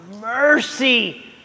mercy